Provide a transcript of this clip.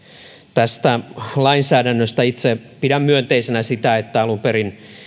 tästä lainsäädännöstä itse pidän myönteisenä sitä että kun alun perin